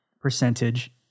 percentage